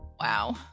wow